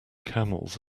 camels